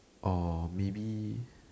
or maybe